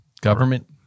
government